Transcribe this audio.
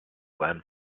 glen